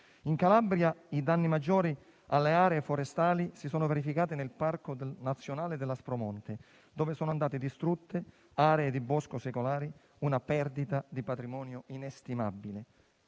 In Calabria i danni maggiori alle aree forestali si sono verificati nel Parco nazionale dell'Aspromonte, dove sono andate distrutte aree di bosco secolare, una perdita di patrimonio inestimabile.